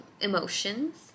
emotions